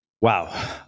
Wow